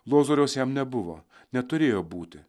lozoriaus jam nebuvo neturėjo būti